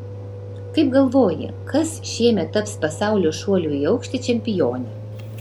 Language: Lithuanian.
kaip galvoji kas šiemet taps pasaulio šuolių į aukštį čempione